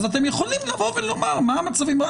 אז אתם יכולים לבוא ולומר מה המצבים,